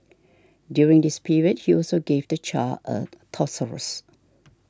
during this period he also gave the child a thesaurus